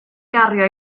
gario